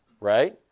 right